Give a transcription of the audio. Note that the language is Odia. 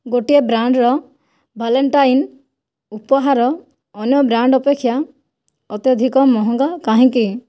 ଗୋଟିଏ ବ୍ରାଣ୍ଡ୍ର ଭାଲେଣ୍ଟାଇନ୍ ଉପହାର ଅନ୍ୟ ବ୍ରାଣ୍ଡ୍ ଅପେକ୍ଷା ଅତ୍ୟଧିକ ମହଙ୍ଗା କାହିଁକି